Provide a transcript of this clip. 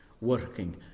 working